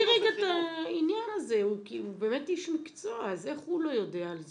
הוא באמת איש מקצוע, אז איך הוא לא יודע על זה?